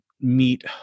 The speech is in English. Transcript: meet